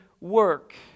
work